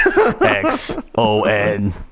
X-O-N